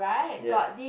yes